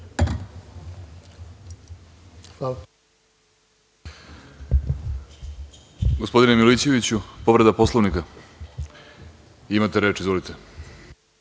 Hvala,